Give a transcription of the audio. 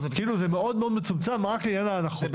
זה מאוד מאוד מצומצם, רק לעניין ההנחות.